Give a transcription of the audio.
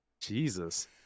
Jesus